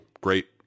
Great